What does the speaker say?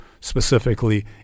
specifically